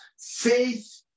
faith